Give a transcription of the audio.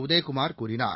உதயகுமார் கூறினார்